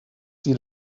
die